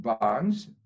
bonds